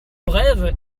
brèves